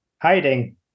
hiding